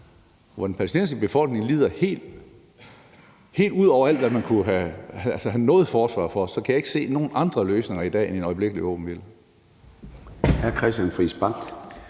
hvor den palæstinensiske befolkning lider ud over alt, hvad man på nogen måde kan forsvare, ikke se, at der er nogen andre løsninger end en øjeblikkelig våbenhvile.